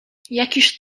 jakiż